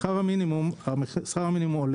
שכר המינימום עולה,